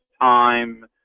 time